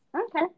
okay